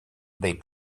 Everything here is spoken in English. they